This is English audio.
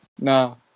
no